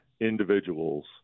individuals